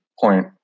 point